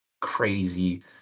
crazy